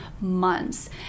months